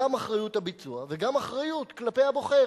גם אחריות הביצוע וגם אחריות כלפי הבוחר.